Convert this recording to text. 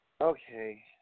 Okay